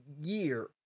year